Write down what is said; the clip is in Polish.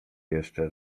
jeszcze